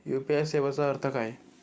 UPI सेवेचा अर्थ काय?